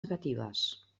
negatives